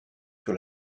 sur